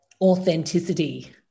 Authenticity